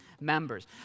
members